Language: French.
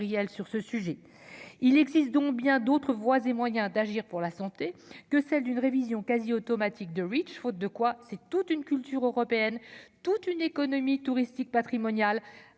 sur ce sujet, il existe donc bien, d'autres voies et moyens d'agir pour la santé que celle d'une révision quasi automatique de riches, faute de quoi, c'est toute une culture européenne toute une économie touristique, patrimonial